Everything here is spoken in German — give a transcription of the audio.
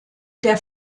der